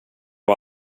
och